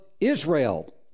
Israel